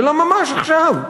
אלא ממש עכשיו.